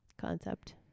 concept